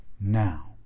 now